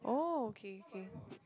oh okay okay